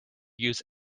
use